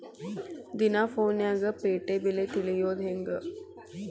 ದಿನಾ ಫೋನ್ಯಾಗ್ ಪೇಟೆ ಬೆಲೆ ತಿಳಿಯೋದ್ ಹೆಂಗ್?